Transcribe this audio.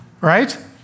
right